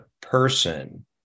person